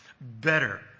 Better